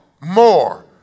more